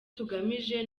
tugamije